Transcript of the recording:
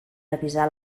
avisar